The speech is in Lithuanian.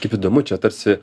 kaip įdomu čia tarsi